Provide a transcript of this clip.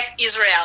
Israel